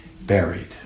buried